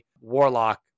Warlock